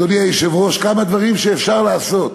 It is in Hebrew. אדוני היושב-ראש, כמה דברים שאפשר לעשות.